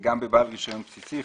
גם בבעל רישיון בסיסי,